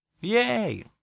Yay